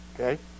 okay